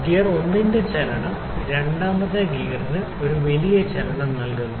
gear 1 ന്റെ ചെറിയ ചലനം 2 ഗിയറിന് ഒരു വലിയ ചലനം നൽകുന്നു